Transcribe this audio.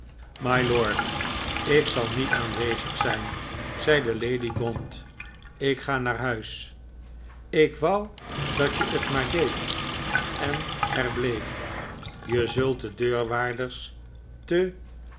mylord ik zal niet aanwezig zijn zeide lady gaunt ik ga naar huis ik wou dat je het maar deed en er bleef je zult de deurwaarders te